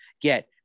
get